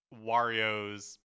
Wario's